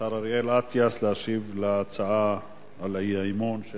השר אריאל אטיאס, להשיב על הצעת האי-אמון של